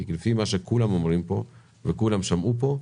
כי לפי מה שכולם אומרים פה וכולם שמעו פה,